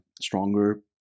stronger